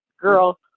girl